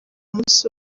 munsi